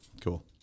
cool